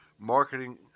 Marketing